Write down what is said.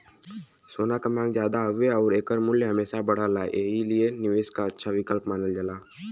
सोना क मांग जादा हउवे आउर एकर मूल्य हमेशा बढ़ला एही लिए निवेश क अच्छा विकल्प मानल जाला